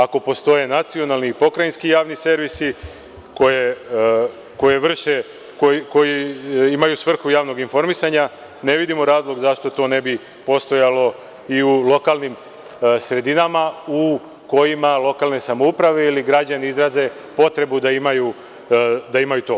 Ako postoje nacionalni i pokrajinski javni servisi koji imaju svrhu javnog informisanja ne vidimo razlog zašto to ne bi postojalo i u lokalnim sredinama u kojima lokalne samouprave ili građani izraze potrebu da imaju to.